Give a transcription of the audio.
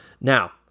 Now